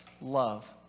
love